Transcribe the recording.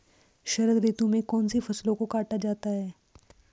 शरद ऋतु में कौन सी फसलों को काटा जाता है?